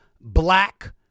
Black